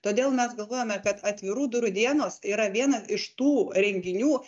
todėl mes galvojame kad atvirų durų dienos yra vienas iš tų renginių